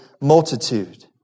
multitude